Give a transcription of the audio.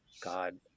God